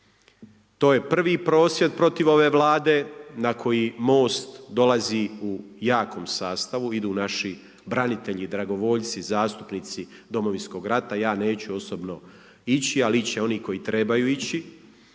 To je prvi prosvjed protiv ove Vlade na koji MOST dolazi u jakom sastavu, idu naši branitelji, dragovoljci, zastupnici Domovinskog rata. Ja neću osobno ići ali ići će oni koji trebaju ići